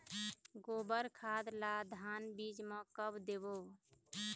गोबर खाद ला धान बीज म कब देबो?